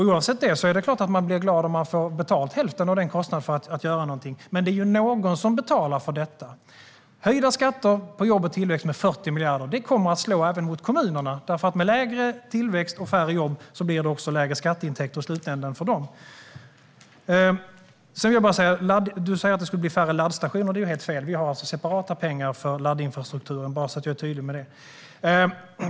Oavsett detta är det klart att man blir glad om man får hälften av kostnaden för att göra något betald. Men det är ju någon som betalar för detta. Höjda skatter på jobb och tillväxt med 40 miljarder kommer att slå även mot kommunerna. Med lägre tillväxt och färre jobb blir det också lägre skatteintäkter för dem i slutänden. Jens Holm säger att det skulle bli färre laddstationer. Det är helt fel. Vi har separata pengar för laddinfrastrukturen; låt mig vara tydlig med det.